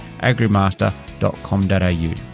agrimaster.com.au